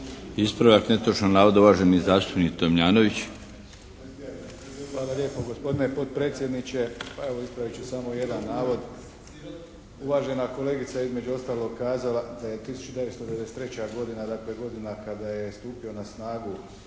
Ispravak netočnog navoda, uvaženi zastupnik Tomljanović. **Tomljanović, Emil (HDZ)** Hvala lijepo gospodine potpredsjedniče. Pa evo ispravit ću samo jedan navod. Uvažena kolegica je između ostaloga kazala da je 1993. godina, dakle godina kada je stupio na snagu